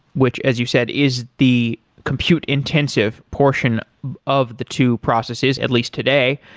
which as you said is the compute-intensive portion of the two processes, at least today.